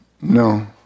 No